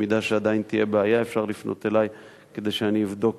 אם עדיין תהיה בעיה אפשר לפנות אלי כדי שאני אבדוק.